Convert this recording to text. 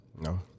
No